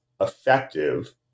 effective